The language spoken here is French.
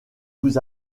vous